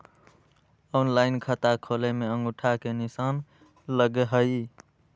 Online खाता खोले में अंगूठा के निशान लगहई?